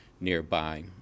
nearby